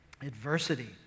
Adversity